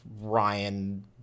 ryan